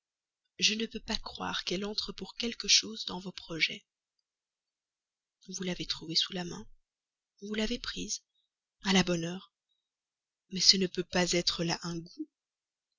je ne peux pas croire qu'elle entre pour quelque chose dans vos projets vous l'avez trouvée sous la main vous l'avez prise à la bonne heure mais ce ne peut pas être là un goût